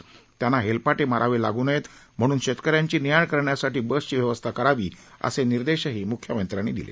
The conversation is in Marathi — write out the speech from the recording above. अशावेळी हेलपाटे मारावे लागू नयेत म्हणून शेतकऱ्यांची ने आण करण्यासाठी बसची व्यवस्था करावी असे निर्देशही मुख्यमंत्र्यांनी दिले